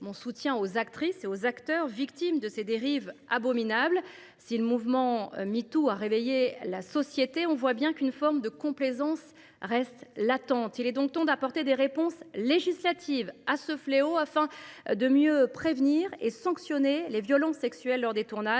mon soutien aux actrices et aux acteurs victimes de ces dérives abominables. Si le mouvement #MeToo a réveillé la société, on voit bien qu’une forme de complaisance reste latente. Il est temps d’apporter des réponses législatives à ce fléau, afin de mieux prévenir et sanctionner les violences sexuelles,